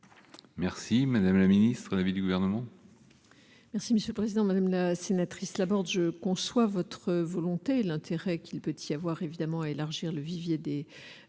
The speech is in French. Merci madame la ministre, l'avis du gouvernement.